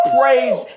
praise